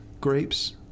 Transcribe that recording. Grapes